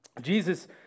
Jesus